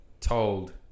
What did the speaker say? told